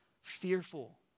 fearful